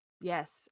Yes